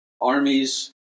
armies